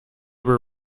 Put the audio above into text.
were